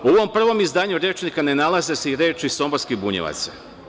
U ovom prvom izdanju rečnika ne nalaze se i reči Somborskih bunjevaca.